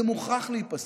זה מוכרח להיפסק.